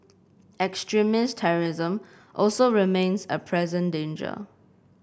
extremist terrorism also remains a present danger